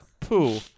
Pooh